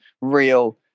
Real